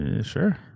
Sure